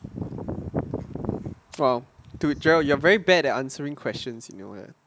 !wow! to jarrel you are very bad at answering questions you know that